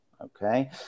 Okay